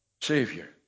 Savior